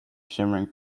shimmering